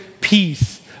peace